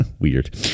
Weird